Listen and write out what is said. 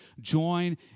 join